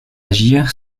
agir